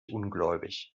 ungläubig